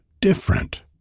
different